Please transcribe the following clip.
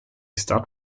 start